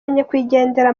nyakwigendera